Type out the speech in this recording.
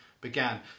began